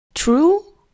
true